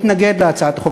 מתנגד להצעת החוק,